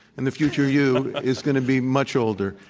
and the future you is going to be much older,